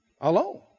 alone